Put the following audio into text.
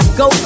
go